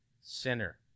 sinner